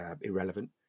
irrelevant